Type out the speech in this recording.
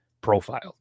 profiled